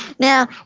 Now